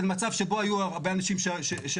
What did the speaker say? בין מצב שבו היו הרבה אנשים שהרוגים,